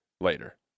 later